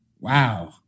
wow